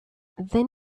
then